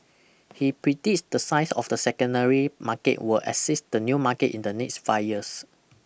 he predicts the size of the secondary market will exceed the new market in the next five years